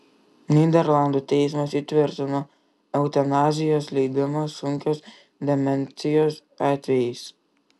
nyderlandų teismas įtvirtino eutanazijos leidimą sunkios demencijos atvejais